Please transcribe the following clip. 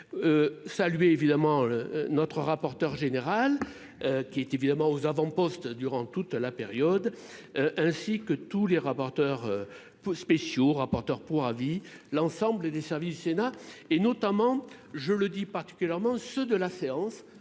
Salué évidemment. Notre rapporteur général. Qui est évidemment aux avant-postes durant toute la période. Ainsi que tous les rapporteurs faut spéciaux, rapporteur pour avis l'ensemble des services du Sénat et notamment je le dis, particulièrement ceux de la séance.